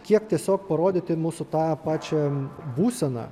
kiek tiesiog parodyti mūsų tą pačią būseną